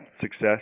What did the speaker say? success